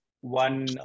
one